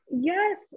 Yes